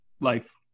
life